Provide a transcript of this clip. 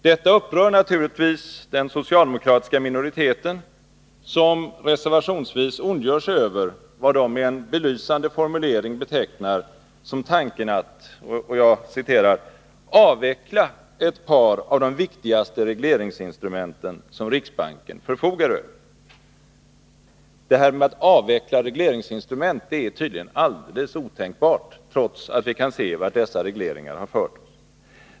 Detta upprör naturligtvis den socialdemokratiska minoriteten, som reservationsvis ondgör sig över vad man med en belysande formulering betecknar som tanken att ”avveckla ett par av de viktigaste regleringsinstrumenten som riksbanken förfogar över”. Det här med att avveckla regleringsinstrument är tydligen alldeles otänkbart, trots att vi kan se vart dessa regleringar har fört oss.